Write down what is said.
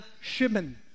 Shimon